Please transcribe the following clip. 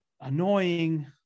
annoying